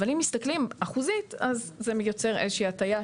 אבל אם מסתכלים לפי אחוזים זה מייצר הטעייה